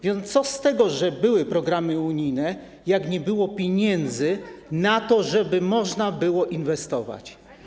Więc co z tego, że były programy unijne, skoro nie było pieniędzy na to, żeby można było inwestować.